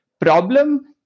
Problem